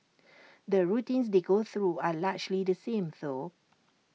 the routines they go through are largely the same though